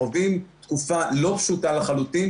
חווים תקופה לא פשוטה לחלוטין.